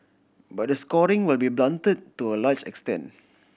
but the scoring will be blunted to a large extent